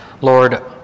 Lord